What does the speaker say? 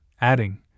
adding